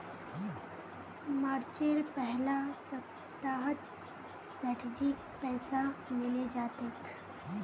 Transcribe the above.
मार्चेर पहला सप्ताहत सेठजीक पैसा मिले जा तेक